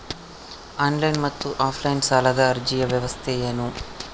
Online ಮತ್ತು offline ಸಾಲದ ಅರ್ಜಿಯ ವ್ಯತ್ಯಾಸ ಏನು?